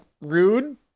rude